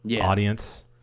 audience